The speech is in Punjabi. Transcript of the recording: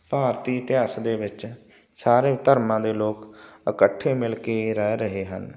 ਭਾਰਤੀ ਇਤਿਹਾਸ ਦੇ ਵਿੱਚ ਸਾਰੇ ਧਰਮਾਂ ਦੇ ਲੋਕ ਇਕੱਠੇ ਮਿਲ ਕੇ ਰਹਿ ਰਹੇ ਹਨ